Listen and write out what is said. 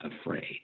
afraid